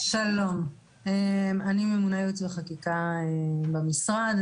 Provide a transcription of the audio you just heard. שלום, אני ממונה ייעוץ וחקיקה במשרד.